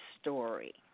story